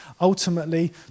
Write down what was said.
ultimately